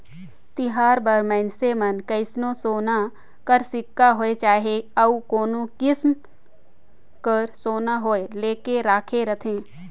तिहार बार मइनसे मन कइसनो सोना कर सिक्का होए चहे अउ कोनो किसिम कर सोना होए लेके राखे रहथें